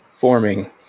forming